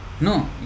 No